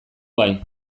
bai